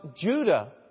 Judah